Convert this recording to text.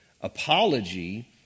apology